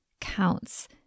counts